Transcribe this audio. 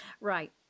right